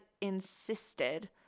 insisted